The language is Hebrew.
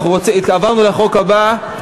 עברנו לחוק הבא,